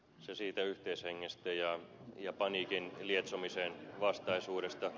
se siitä yhteishengestä ja paniikin lietsomisen vastaisuudesta